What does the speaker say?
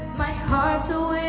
car to